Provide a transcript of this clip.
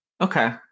okay